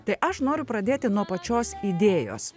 tai aš noriu pradėti nuo pačios idėjos